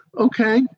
Okay